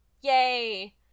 Yay